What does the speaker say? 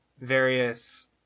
various